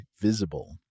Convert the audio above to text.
Visible